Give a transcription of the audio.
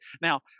now